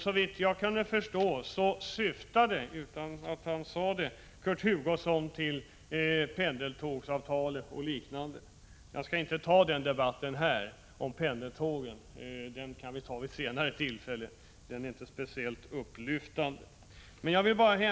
Såvitt jag förstår syftade Kurt Hugosson — utan att han sade det — på pendeltågsavtal och liknande. Jag skall inte nu föra en debatt om pendeltågen; den debatten kan vi föra vid ett senare tillfälle. Den är inte speciellt upplyftande.